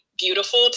beautiful